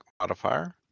modifier